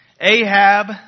Ahab